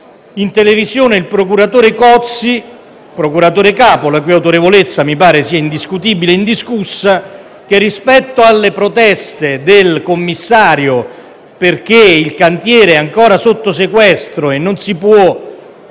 in televisione ho sentito il procuratore capo Cozzi, la cui autorevolezza mi pare sia indiscutibile e indiscussa, il quale, rispetto alle proteste del commissario perché il cantiere è ancora sotto sequestro e non si possono